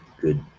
good